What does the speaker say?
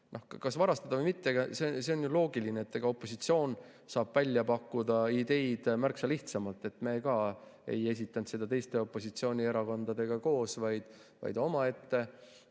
Kas varastada või mitte? See on ju loogiline, et opositsioon saab ideid välja pakkuda märksa lihtsamalt. Me ei esitanud seda mitte teiste opositsioonierakondadega koos, vaid omaette.